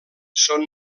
són